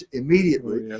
immediately